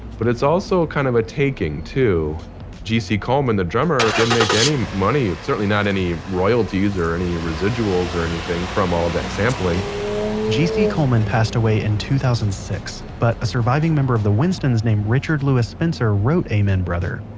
but, it's also kind of a taking, too gc coleman, the drummer, didn't make any money certainly not any royalties, or any residuals, or anything from all that sampling gc coleman passed away in two thousand and six, but a surviving member of the winstons named richard louis spencer wrote amen, brother.